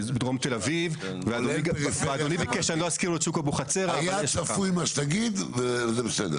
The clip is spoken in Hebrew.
בדרום תל-אביב --- היה צפוי מה שתגיד, זה בסדר.